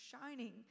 shining